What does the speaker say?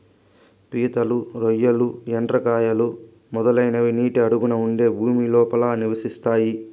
పీతలు, రొయ్యలు, ఎండ్రకాయలు, మొదలైనవి నీటి అడుగున ఉండే భూమి లోపల నివసిస్తాయి